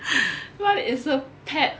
what is a pet